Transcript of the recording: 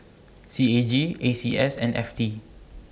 C A G A C S and F T